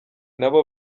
nabo